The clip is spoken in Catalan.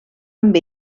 amb